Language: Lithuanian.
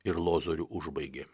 ir lozorių užbaigė